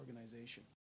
organization